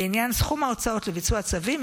בעניין סכום ההוצאות לביצוע צווים,